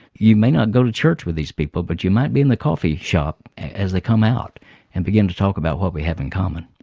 you may not go to church with these people but you might be in the coffee shop as they come out and begin to talk about what we have in common.